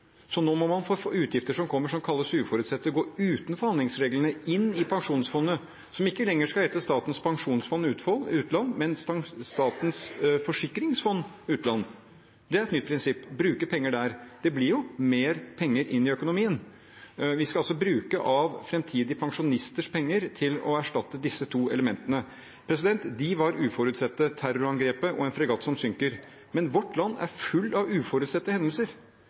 Nå er ikke det nok, så nå må utgifter som kalles uforutsette, gå utenfor handlingsregelen og inn i pensjonsfondet, som ikke lenger skal hete Statens pensjonsfond utland, men statens forsikringsfond utland. Det er et nytt prinsipp – bruke penger der. Det blir mer penger inn i økonomien. Vi skal altså bruke av framtidige pensjonisters penger til å erstatte disse to elementene. Terrorangrepet og fregatten som sank, var uforutsette hendelser, men landet vårt er fullt av uforutsette hendelser.